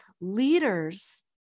leaders